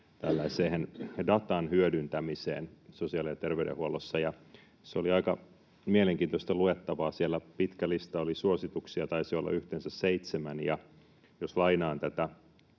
tällaiseen datan hyödyntämiseen sosiaali‑ ja terveydenhuollossa. Se oli aika mielenkiintoista luettavaa. Siellä pitkä lista oli suosituksia, taisi olla yhteensä seitsemän. Jos lainaan tätä